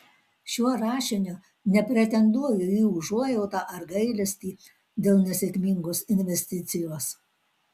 šiuo rašiniu nepretenduoju į užuojautą ar gailestį dėl nesėkmingos investicijos